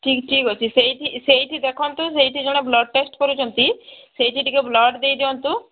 ଠିକ୍ ଠିକ୍ ଅଛି ସେଇଠି ସେଇଠି ଦେଖନ୍ତୁ ସେଇଠି ଜଣେ ବ୍ଲଡ଼ ଟେଷ୍ଟ କରୁଛନ୍ତି ସେଇଠି ଟିକେ ବ୍ଲଡ଼୍ ଦେଇଦିଅନ୍ତୁ